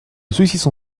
saucisson